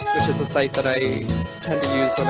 which is a site that i tend to use